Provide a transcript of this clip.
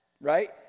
right